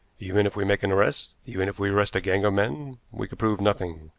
even if we make an arrest, even if we arrest a gang of men, we could prove nothing.